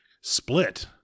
Split